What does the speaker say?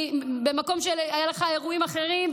היו לך אירועים אחרים,